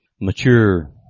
mature